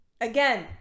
Again